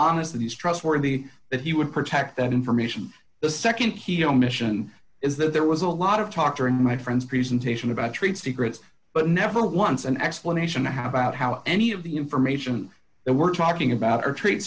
honest these trustworthy that he would protect that information the nd he omission is that there was a lot of talk during my friend's presentation about trade secrets but never once an explanation of how about how any of the information that we're talking about or trade